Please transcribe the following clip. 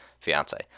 fiance